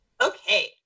Okay